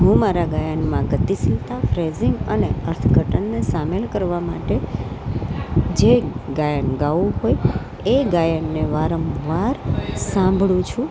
હું મારા ગાયનમાં ગતિશિલતા ફ્રેઝિંગ અને અર્થઘટનને સામેલ કરવા માટે જે ગાયન ગાવું હોય એ ગાયનને વારંવાર સાંભળું છું